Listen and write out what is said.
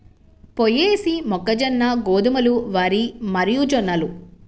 పొయేసీ, మొక్కజొన్న, గోధుమలు, వరి మరియుజొన్నలు